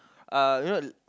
uh you know